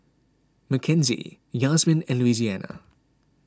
Makenzie Yazmin and Louisiana